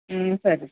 ಹ್ಞೂ ಸರಿ